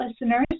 listeners